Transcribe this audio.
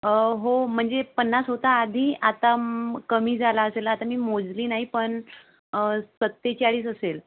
हो म्हणजे पन्नास होता आधी आता कमी झाला असेल आता मी मोजली नाही पण सत्तेचाळीस असेल